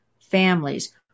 families